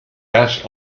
cas